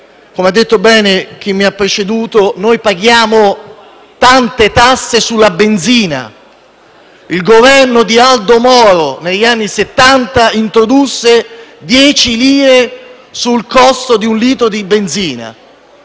come ha detto bene chi mi ha preceduto, noi paghiamo tante tasse sulla benzina. Il Governo di Aldo Moro, negli anni Settanta, introdusse dieci lire sul costo di un litro di benzina.